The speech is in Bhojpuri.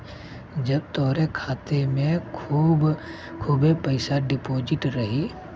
जब तोहरे खाते मे खूबे पइसा डिपोज़िट रही